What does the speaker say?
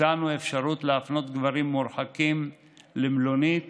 הצענו אפשרות להפנות גברים מורחקים למלונית